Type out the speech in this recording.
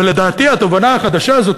ולדעתי התובנה החדשה הזאת,